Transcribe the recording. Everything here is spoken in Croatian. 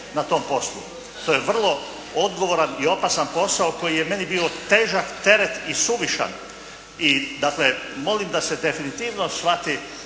na tom poslu. To je vrlo odgovoran i opasan posao koji je meni bio težak teret i suvišan. I dakle, molim da se definitivno shvati